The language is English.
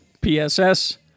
PSS